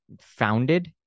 founded